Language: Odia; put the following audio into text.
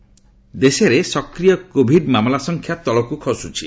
କୋଭିଡ୍ ଦେଶରେ ସକ୍ରିୟ କୋଭିଡ ମାମଲା ସଂଖ୍ୟା ତଳକୁ ଖସ୍କୁଛି